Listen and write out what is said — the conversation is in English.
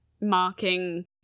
marking